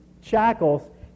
shackles